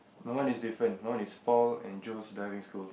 my one is different my one is Paul and Joe's Diving School